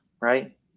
right